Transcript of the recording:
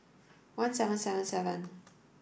one seven seven seven